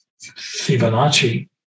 Fibonacci